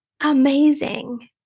amazing